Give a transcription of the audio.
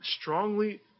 strongly